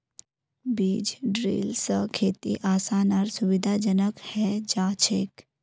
बीज ड्रिल स खेती आसान आर सुविधाजनक हैं जाछेक